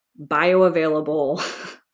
bioavailable